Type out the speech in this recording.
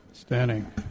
Standing